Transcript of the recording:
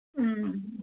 उम्